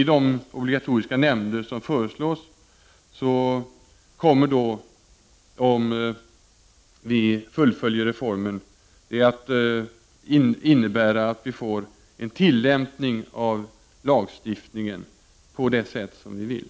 I de obligatoriska nämnder som föreslås kommer det, om vi genomför reformen, att innebära att vi får en tillämpning av lagstiftningen på det sätt som vi vill.